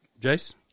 Jace